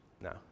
No